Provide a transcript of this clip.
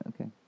Okay